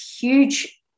huge